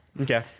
Okay